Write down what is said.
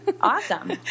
Awesome